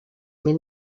mil